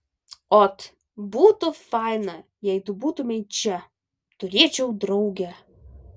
ot būtų faina jei tu būtumei čia turėčiau draugę